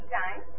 time